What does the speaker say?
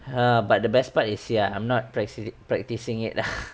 um but the best part is ya I'm not prac~ I am not practising it lah